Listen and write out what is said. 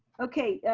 okay,